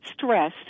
stress